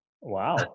Wow